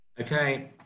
Okay